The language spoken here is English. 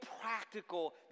practical